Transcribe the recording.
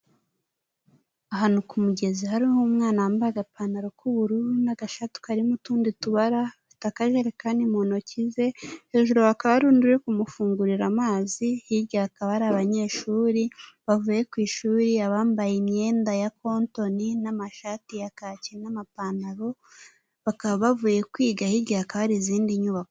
Ahantu ku mugezi hariho umwana wambaye agapantaro k'ubururu n'agashati karimo utundi tubara, afite akajerekani mu ntoki ze, hejuru hakaba hari undi uri kumufungurira amazi, hirya hakaba hari abanyeshuri bavuye ku ishuri, abambaye imyenda ya kontoni n'amashati ya kacye n'amapantaro, bakaba bavuye kwiga, hirya hakaba hari izindi nyubako.